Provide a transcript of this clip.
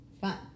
fun